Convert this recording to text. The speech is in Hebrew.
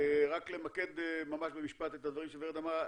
רק למקד ממש במשפט את הדברים שוורד אמרה,